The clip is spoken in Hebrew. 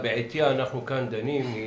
שבעטיה אנחנו כאן דנים, היא